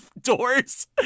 doors